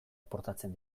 portatzen